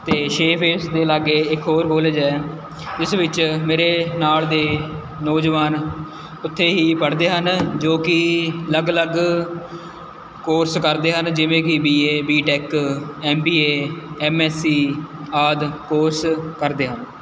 ਅਤੇ ਛੇ ਫੇਸ ਦੇ ਲਾਗੇ ਇੱਕ ਹੋਰ ਕੋਲਜ ਹੈ ਜਿਸ ਵਿੱਚ ਮੇਰੇ ਨਾਲ਼ ਦੇ ਨੌਜਵਾਨ ਉੱਥੇ ਹੀ ਪੜ੍ਹਦੇ ਹਨ ਜੋ ਕਿ ਅਲੱਗ ਅਲੱਗ ਕੋਰਸ ਕਰਦੇ ਹਨ ਜਿਵੇਂ ਕਿ B A B tech M B A M S C ਆਦਿ ਕੋਰਸ ਕਰਦੇ ਹਨ